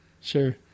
Sure